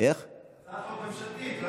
הצעת חוק ממשלתית.